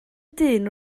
dyn